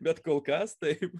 bet kol kas taip